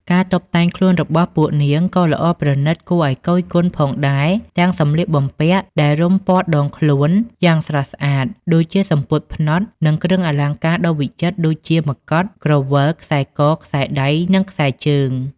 ការតុបតែងខ្លួនរបស់ពួកនាង ក៏ល្អប្រណីតគួរឲ្យគយគន់ផងដែរ ទាំងសម្លៀកបំពាក់ដែលរុំព័ទ្ធដងខ្លួនយ៉ាងស្រស់ស្អាត ដូចជាសំពត់ផ្នត់ និងគ្រឿងអលង្ការដ៏វិចិត្រ ដូចជាមកុដ ក្រវិល ខ្សែក ខ្សែដៃ និងខ្សែជើង។